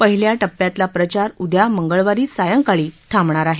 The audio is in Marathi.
पहिल्या टप्प्यातला प्रचार उद्या मंगळवारी सायंकाळी थांबणार आहे